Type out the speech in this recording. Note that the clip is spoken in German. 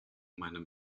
meinem